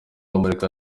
amurika